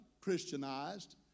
Christianized